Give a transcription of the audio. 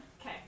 Okay